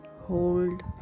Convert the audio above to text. hold